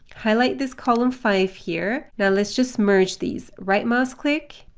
highlight this column five here. now let's just merge these, right mouse click,